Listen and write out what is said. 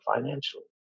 financially